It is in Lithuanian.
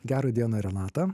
gerą dieną renata